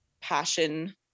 passion